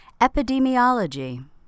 Epidemiology